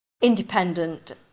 independent